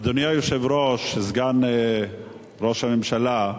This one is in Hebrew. אדוני היושב-ראש, סגן ראש הממשלה,